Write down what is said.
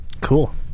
Cool